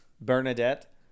bernadette